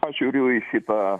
aš žiūriu į šitą